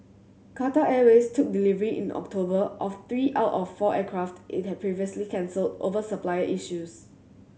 Qatar Airways took delivery in October of three out of four aircraft it had previously cancelled over supplier issues